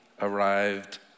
arrived